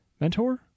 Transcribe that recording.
mentor